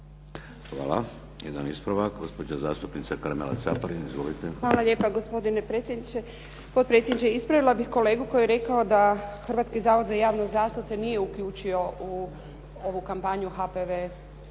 Hvala. Jedan ispravak gospođa zastupnica Karmela Caparin. Izvolite. **Caparin, Karmela (HDZ)** Hvala lijepa gospodine predsjedniče, potpredsjedniče. Ispravila bih kolegu koji je rekao da Hrvatski zavod za javno zdravstvo se nije uključio u ovu kampanju HPV,